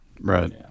Right